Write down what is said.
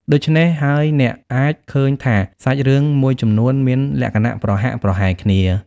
ដូច្នេះហើយអ្នកអាចឃើញថាសាច់រឿងមួយចំនួនមានលក្ខណៈប្រហាក់ប្រហែលគ្នា។